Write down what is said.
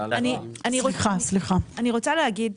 אני רוצה להגיד